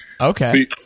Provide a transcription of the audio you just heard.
Okay